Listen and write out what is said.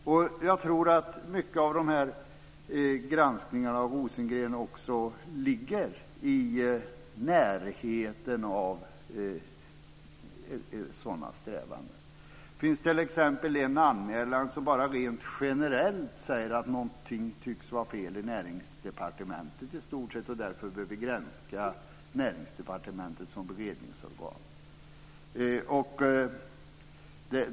Jag tror att mycket av granskningen av Rosengren också ligger i närheten av sådana strävanden. Det finns t.ex. en anmälan där man bara rent generellt säger att någonting tycks vara fel i Näringsdepartementet i stort sett och att vi behöver granska Näringsdepartementet som beredningsorgan.